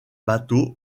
bateau